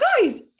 guys